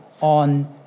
on